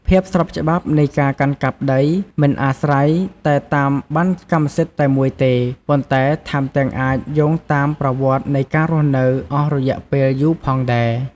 ភាពស្របច្បាប់នៃការកាន់កាប់ដីមិនអាស្រ័យតែតាមបណ្ណកម្មសិទ្ធិតែមួយទេ ប៉ុន្តែថែមទាំងអាចយោងតាមប្រវត្តិនៃការរស់នៅអស់រយៈពេលយូរផងដែរ។